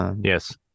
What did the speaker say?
Yes